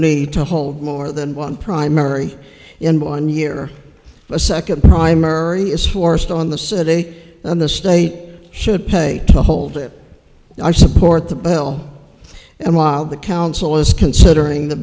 need to hold more than one primary in one year a second primary is forced on the city and the state should pay to hold it i support the bill and while the council is considering the